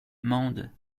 mende